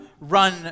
run